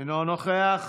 אינו נוכח.